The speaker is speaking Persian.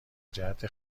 جهت